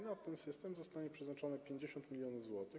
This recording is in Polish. Na ten system zostanie przeznaczonych 50 mln zł.